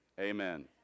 Amen